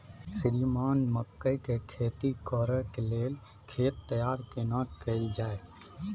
श्रीमान मकई के खेती कॉर के लेल खेत तैयार केना कैल जाए?